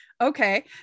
Okay